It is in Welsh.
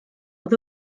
oedd